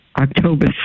October